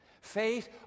Faith